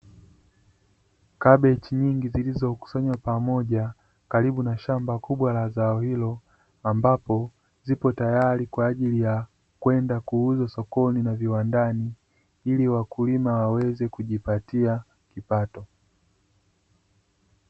Kabichi nyingi zilizokusanywa pamoja karibu na shamba kubwa la zao hilo, ambapo zipo tayali kwa ajili ya kwenda kuuzwa sokoni na viwandani ili wakulima waweze kujipatia kipato.